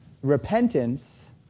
repentance